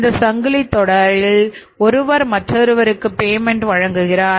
இந்த சங்கிலித் தொடர் ஒருவர் மற்றொருவருக்கு பேமென்ட் வழங்குகிறார்